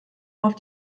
auf